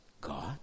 God